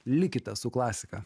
likite su klasika